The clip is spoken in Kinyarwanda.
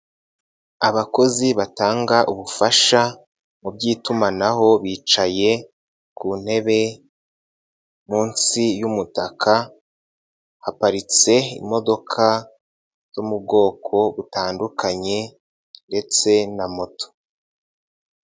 Abakozi batanga ubufasha mu by'itumanaho bicaye ku ntebe munsi y'umutaka haparitse imodoka zo mu bwoko butandukanye ndetse na moto.